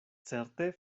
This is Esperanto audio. certe